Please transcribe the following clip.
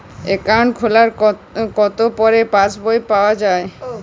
Account খোলার কতো পরে পাস বই পাওয়া য়ায়?